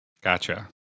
Gotcha